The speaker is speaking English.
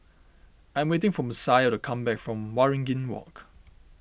I am waiting for Messiah to come back from Waringin Walk